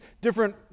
different